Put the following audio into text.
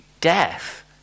death